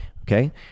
okay